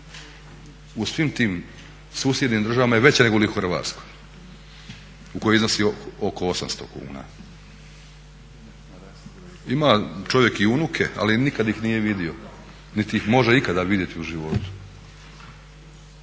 U svim tim susjednim državama je veća negoli u Hrvatskoj u kojoj iznosi oko 800 kuna. Ima čovjek i unuke ali nikad ih nije vidio niti ih može ikada vidjeti u životu.